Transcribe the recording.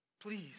Please